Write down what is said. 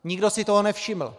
Nikdo si toho nevšiml.